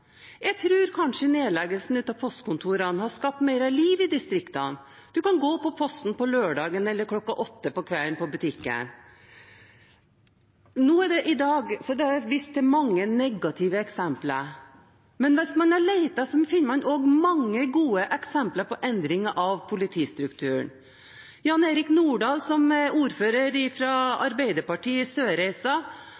Jeg tror kanskje nedleggelsen av postkontorene har skapt mer liv i distriktene. Man kan gå på posten på lørdagen eller klokken åtte om kvelden – på butikken. Nå er det i dag vist til mange negative eksempler, men hvis man leter, finner man også mange gode eksempler på endringen av politistrukturen. Jan-Eirik Nordahl, som er ordfører